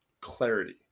clarity